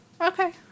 Okay